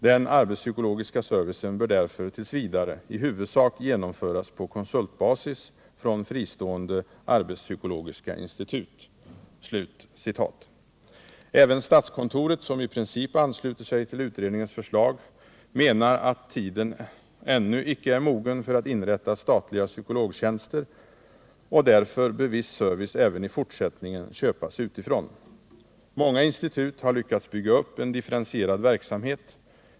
Den arbetspsykologiska servicen bör därför tills vidare i huvudsak genomföras på konsultbasis från fristående arbetspsykologiska institut.” Även statskontoret, som i princip ansluter sig till utredningens förslag, menar att tiden ännu icke är mogen för att inrätta statliga psykologtjänster, och därför bör viss service även i fortsättningen köpas utifrån. Många institut har lyckats bygga upp en differentierad verksamhet.